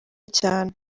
cyane